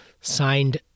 signed